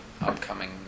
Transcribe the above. upcoming